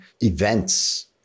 Events